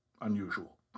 unusual